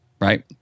Right